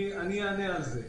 אני אענה על זה.